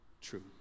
true